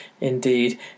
indeed